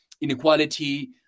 inequality